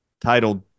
titled